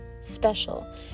special